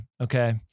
Okay